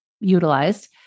utilized